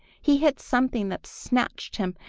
he hit something that scratched him,